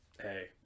hey